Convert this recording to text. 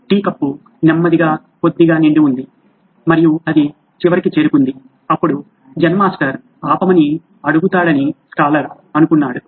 tea cup నెమ్మదిగా కొద్దిగా నిండి ఉంది మరియు అది చివరికి చేరుకుంది అప్పుడు జెన్ మాస్టర్ ఆపమని అడుగుతాడని స్కాలర్ అనుకున్నాడు